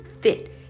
fit